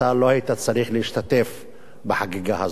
אתה לא היית צריך להשתתף בחגיגה הזאת,